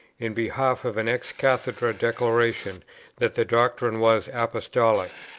in behalf of an ex cathedra declaration that the doctrine was apostolic,